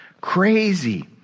Crazy